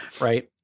right